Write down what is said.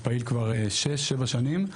פעיל כבר שש שבע שנים,